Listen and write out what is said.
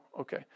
Okay